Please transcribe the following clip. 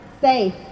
safe